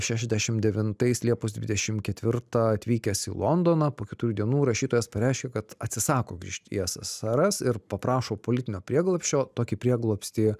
šešiasdešim devintais liepos dvidešim ketvirtą atvykęs į londoną po keturių dienų rašytojas pareiškė kad atsisako grįžt į ssrs ir paprašo politinio prieglobsčio tokį prieglobstį